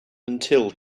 until